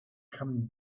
coming